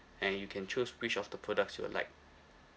and you can choose which of the products you would like